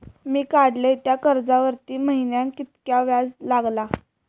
मी काडलय त्या कर्जावरती महिन्याक कीतक्या व्याज लागला?